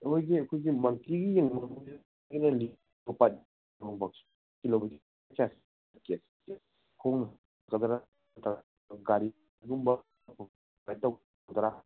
ꯑꯩꯈꯣꯏꯒꯤ ꯑꯩꯈꯣꯏꯒꯤ ꯑꯩꯈꯣꯏꯅ ꯂꯤꯌꯣꯄꯥꯠ ꯈꯣꯡꯅ ꯆꯠꯀꯗ꯭ꯔꯥ ꯅꯠꯇ꯭ꯔꯒ ꯒꯥꯔꯤꯒꯨꯝꯕ ꯇꯧꯒꯗ꯭ꯔꯥ